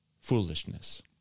foolishness